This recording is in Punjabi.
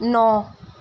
ਨੌਂ